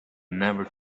never